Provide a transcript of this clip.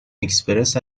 اکسپرس